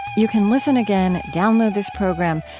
you can listen again, download this program,